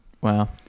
Wow